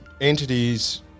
entities